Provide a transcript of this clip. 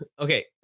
Okay